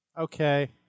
Okay